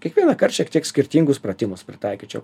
kiekvienąkart šiek tiek skirtingus pratimus pritaikyčiau